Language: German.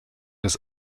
des